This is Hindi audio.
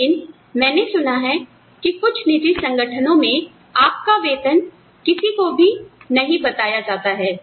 लेकिन मैंने सुना है कि कुछ निजी संगठनों में आपका वेतन किसी को भी नहीं बताया जाता है